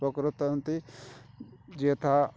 ଉପକୃତ ହୁଅନ୍ତି ଯଥା